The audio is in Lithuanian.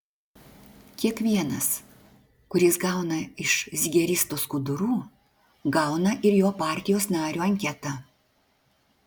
kiekvienas kuris gauna iš zigeristo skudurų gauna ir jo partijos nario anketą